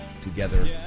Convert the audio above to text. together